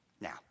Now